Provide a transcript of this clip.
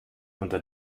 unter